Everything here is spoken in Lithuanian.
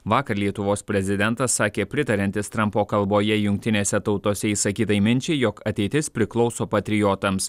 vakar lietuvos prezidentas sakė pritariantis trampo kalboje jungtinėse tautose išsakytai minčiai jog ateitis priklauso patriotams